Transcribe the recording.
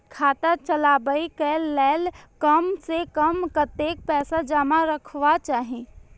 खाता चलावै कै लैल कम से कम कतेक पैसा जमा रखवा चाहि